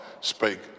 Spake